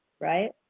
right